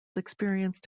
experienced